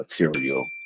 material